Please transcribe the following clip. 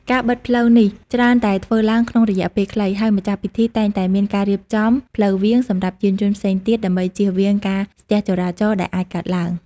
ការបិទផ្លូវនេះច្រើនតែធ្វើឡើងក្នុងរយៈពេលខ្លី ហើយម្ចាស់ពិធីតែងតែមានការរៀបចំ ផ្លូវវាង សម្រាប់យានយន្តផ្សេងទៀតដើម្បីជៀសវាងការស្ទះចរាចរណ៍ដែលអាចកើតឡើង។